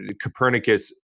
Copernicus